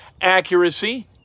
accuracy